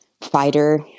fighter